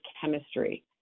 chemistry